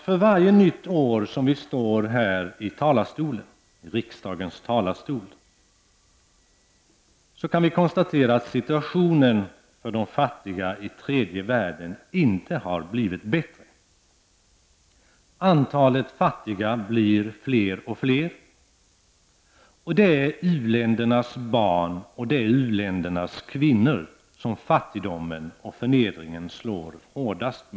För varje nytt år vi står här i riksdagens talarstol kan vi konstatera att situationen för de fattiga i tredje världen inte har blivit bättre. Antalet fattiga blir större och större. Det är u-ländernas barn och kvinnor som fattigdomen och förnedringen slår hårdast mot.